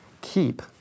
keep